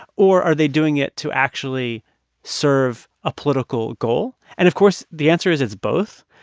or are they doing it to actually serve a political goal? and, of course, the answer is it's both.